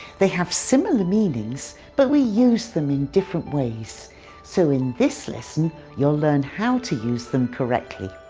they have similar meanings but we use them in different ways so in this lesson you'll learn how to use them correctly.